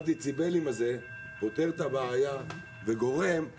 מד הדציבלים הזה פותר את הבעיה וגורם לכך